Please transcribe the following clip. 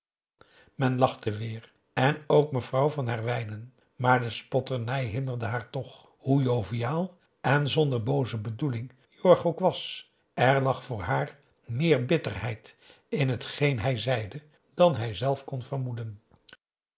men lachte weêr en ook mevrouw van herwijnen maar de spotternij hinderde haar toch hoe joviaal en zonder booze bedoeling jorg ook was er lag voor haar meer bitterheid in hetgeen hij zeide dan hij zelf kon vermoeden